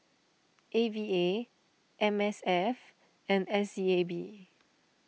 A V A M S F and S C A B